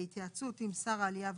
בהתייעצות עם שר העלייה והקליטה".